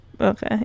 Okay